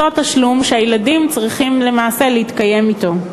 אותו תשלום שהילדים צריכים למעשה להתקיים בו.